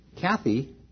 Kathy